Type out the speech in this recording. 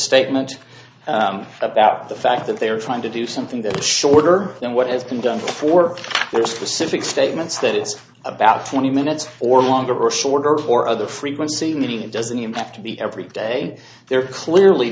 statement about the fact that they are trying to do something that is shorter than what has been done for one specific statements that it's about twenty minutes or longer or shorter or other frequency meaning it doesn't impact every day they're clearly